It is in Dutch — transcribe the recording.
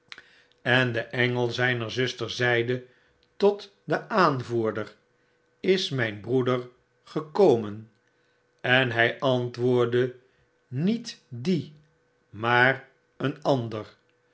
en de engel zyner zuster zeide tot den aanvoerder is mn broeder gekomen en hy antwoordde niet die maar een andere